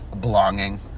belonging